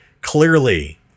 Clearly